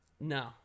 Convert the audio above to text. No